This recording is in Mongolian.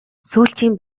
сүүлчийн